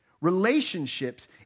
relationships